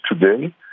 today